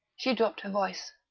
she dropped her voice,